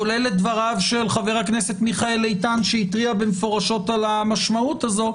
כולל את דבריו של חבר הכנסת מיכאל איתן שהתריע מפורשות על המשמעות הזאת,